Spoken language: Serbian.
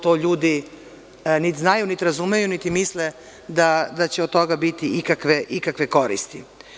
To ljudi niti znaju, niti razumeju, niti misle da će od toga biti ikakve koristi.